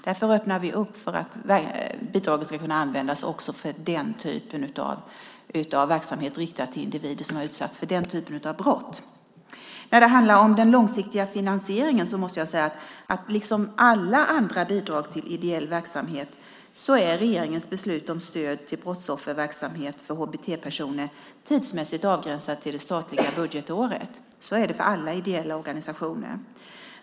Därför öppnar vi för att bidraget ska kunna användas också för den typen av verksamhet riktad till individer som har utsatts för den typen av brott. När det handlar om den långsiktiga finansieringen måste jag säga att liksom alla andra bidrag till ideell verksamhet är regeringens beslut om stöd till brottsofferverksamhet för HBT-personer tidsmässigt avgränsat till det statliga budgetåret. Så är det för alla ideella organisationer.